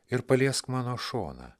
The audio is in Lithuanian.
ir paliesk mano šoną